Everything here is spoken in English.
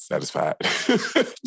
satisfied